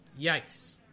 Yikes